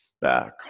back